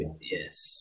Yes